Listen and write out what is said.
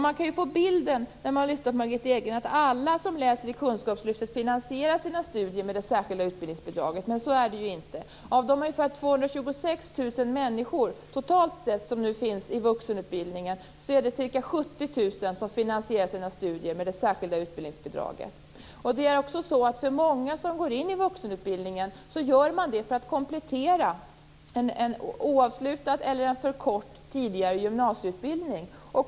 Man kan få den bilden när man lyssnar på Margitta Edgren att alla som läser i kunskapslyftet finansierar sina studier med det särskilda utbildningsbidraget. Så är det inte. Av de ungefär 226 000 människor som totalt finns i vuxenutbildning är det ca 70 000 som finansierar sina studier med det särskilda utbildningsbidraget. Många som går in i vuxenutbildningen gör det för att komplettera en oavslutad eller en för kort tidigare gymnasieutbildning.